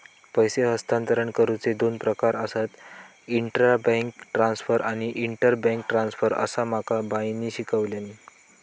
पैसे हस्तांतरण करुचे दोन प्रकार आसत, इंट्रा बैंक ट्रांसफर आणि इंटर बैंक ट्रांसफर, असा माका बाईंनी शिकवल्यानी